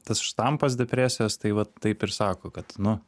tas štampas depresijos tai va taip ir sako kad nu